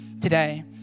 today